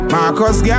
Marcus